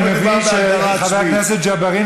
אני מבין שחבר הכנסת ג'בארין,